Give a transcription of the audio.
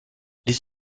les